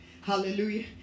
Hallelujah